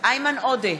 איימן עודה,